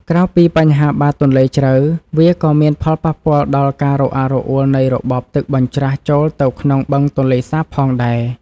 ក្រៅពីបញ្ហាបាតទន្លេជ្រៅវាក៏មានផលប៉ះពាល់ដល់ការរអាក់រអួលនៃរបបទឹកបញ្ច្រាសចូលទៅក្នុងបឹងទន្លេសាបផងដែរ។